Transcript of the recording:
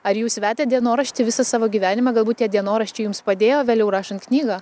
ar jūs vedėt dienoraštį visą savo gyvenimą galbūt tie dienoraščiai jums padėjo vėliau rašant knygą